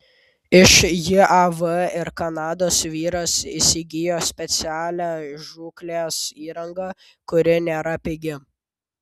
iš jav ir kanados vyras įsigijo specialią žūklės įrangą kuri nėra pigi